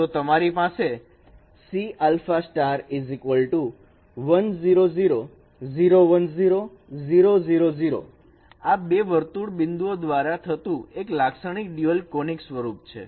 તો તમારી પાસે આ બે વર્તુળ બિંદુઓ દ્વારા થતું એક લાક્ષણિક ડ્યુઅલ કોનીક સ્વરૂપ છે